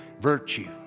Virtue